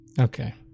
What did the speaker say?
okay